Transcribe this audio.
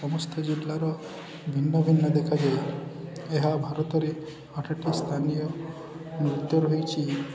ସମସ୍ତ ଜିଲ୍ଲାର ଭିନ୍ନ ଭିନ୍ନ ଦେଖାଯାଏ ଏହା ଭାରତରେ ଅଠଟି ସ୍ଥାନୀୟ ନୃତ୍ୟ ରହିଛି